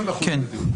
כן.